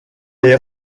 est